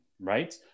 right